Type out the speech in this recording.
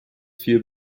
vier